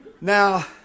Now